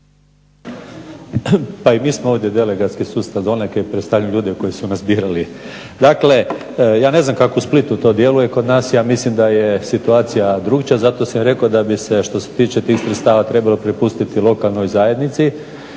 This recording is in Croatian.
Pa i mi smo ovdje delegatski sustav, donekle predstavljam ljude koji su nas birali. Dakle ja ne znam kako u Splitu to djeluje, kod nas ja mislim da je situacija drukčija, zato sam i rekao da bi se što se tiče tih sredstava trebalo prepustiti lokalnoj zajednici.